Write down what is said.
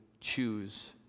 choose